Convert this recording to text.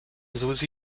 susi